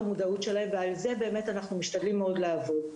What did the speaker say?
המודעות שלהם ועל כך באמת אנחנו משתדלים מאוד לעבוד.